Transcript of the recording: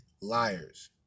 liars